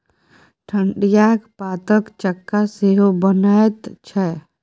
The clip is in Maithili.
ठढियाक पातक चक्का सेहो बनैत छै